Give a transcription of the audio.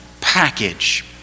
package